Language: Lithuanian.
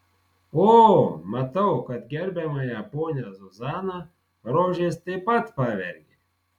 o matau kad gerbiamąją ponią zuzaną rožės taip pat pavergė